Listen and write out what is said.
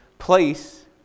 Place